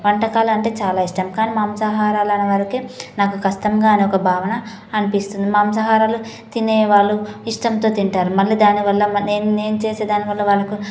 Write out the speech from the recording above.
వంటకాలు అంటే చాలా ఇష్టం కాని మాంసాహారాల వరకే నాకు కష్టంగా అని ఒక భావన అనిపిస్తుంది మాంసాహారాలు తినే వాళ్ళు ఇష్టంతో తింటారు మళ్ళీ దానివల్ల నేను నేను చేసే దాని వల్ల వాళ్ళకు